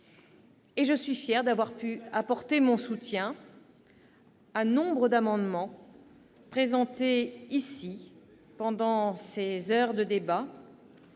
et je suis fière d'avoir pu apporter mon soutien à nombre d'amendements présentés ici pendant ces heures de débat.